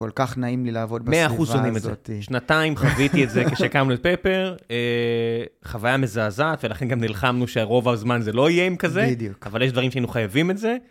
כל כך נעים לי לעבוד בסביבה הזאתי. מאה אחוז עונים את זה. שנתיים חוויתי את זה כשהקמנו את פייפר. אה חוויה מזעזעת, ולכן גם נלחמנו שהרוב הזמן זה לא יהיה עם כזה. בדיוק. אבל יש דברים שהיינו חייבים את זה.